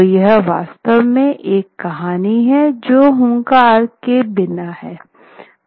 तो यह वास्तव में एक कहनी है जो हुनकारा के बिना है